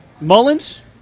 Mullins